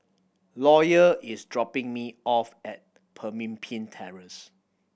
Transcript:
Lawyer is dropping me off at Pemimpin Terrace